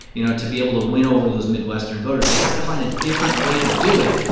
you know, to be able to win over those midwestern voters, they have to find a different way to do it.